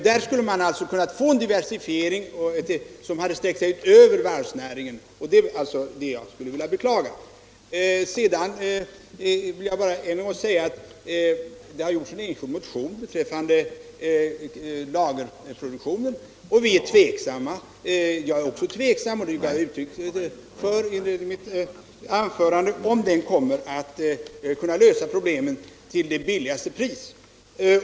Man skulle alltså ha kunnat få en diversifiering som hade sträckt sig ut över varvsnäringen, och jag vill därför beklaga att den inte blev av. Sedan vill jag ännu en gång säga att det har väckts en enskild moderat motion beträffande lagerproduktionen. Vi är tveksamma -— jag är det själv, och det gav jag uttryck för i mitt anförande — om lagerproduktion kommer att kunna lösa problemen till det billigaste priset.